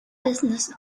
business